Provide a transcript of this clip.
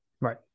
Right